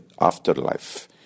afterlife